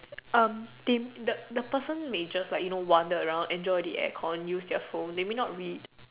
um tame the the person may just like you know wander around enjoy the aircon use their phone they may not read